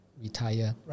retire